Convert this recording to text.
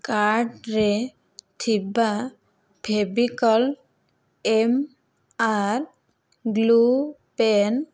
କାର୍ଟରେ ଥିବା Fevicol M R glue pain